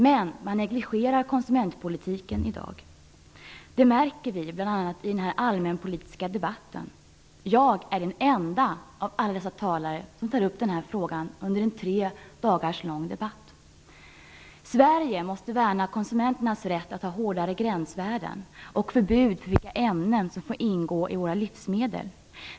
Men man negligerar konsumentpolitiken i dag. Det märker vi bl.a. i denna allmänpolitiska debatt. Jag är den enda av alla talare som tar upp frågan under en tre dagars lång debatt. Sverige måste värna konsumenternas rätt till hårdare gränsvärden och bestämmelser om vilka ämnen som får ingå i våra livsmedel.